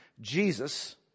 Jesus